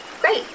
Great